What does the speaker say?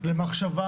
למחשבה